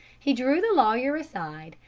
he drew the lawyer aside,